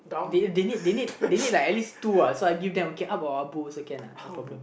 they they need they need like at least two uh so I give them okay Ab or Ahbu also can uh no problem